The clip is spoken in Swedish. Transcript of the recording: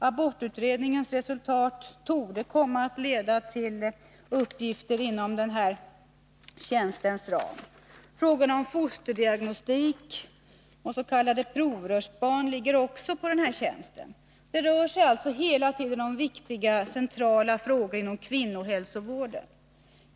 Abortutredningens resultat torde komma att leda till uppgifter inom den här tjänstens ram. Också frågorna om fosterdiagnostik och s.k. provrörsbarn ligger inom ramen för denna tjänst. Det rör sig alltså hela tiden om viktiga, centrala frågor inom kvinnohälsovården.